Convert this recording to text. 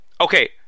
okay